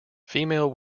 female